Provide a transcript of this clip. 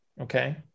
okay